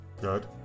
good